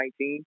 2019